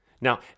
Now